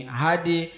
hadi